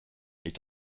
est